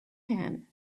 came